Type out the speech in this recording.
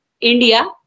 India